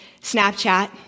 Snapchat